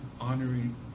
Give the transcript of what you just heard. Honoring